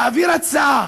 להעביר הצעה